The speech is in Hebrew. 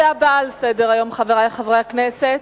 הנושא הבא על סדר-היום, חברי חברי הכנסת: